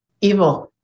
evil